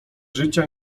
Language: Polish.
życia